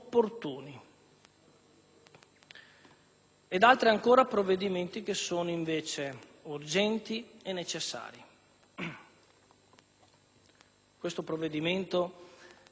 ed altre ancora provvedimenti invece urgenti e necessari. Questo provvedimento, non perché lo diciamo noi,